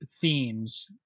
themes